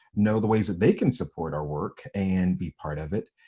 know the ways that they can support our work, and be part of it.